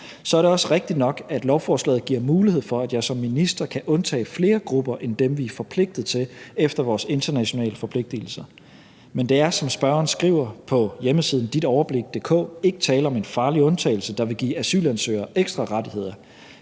Så er det også rigtigt nok, at lovforslaget giver mulighed for, at jeg som minister kan undtage flere grupper end dem, vi er forpligtet til efter vores internationale forpligtigelser, men der er, som spørgeren skriver på hjemmesiden ditOverblik.dk, ikke tale om en farlig undtagelse, der vil give asylansøgere ekstra rettigheder.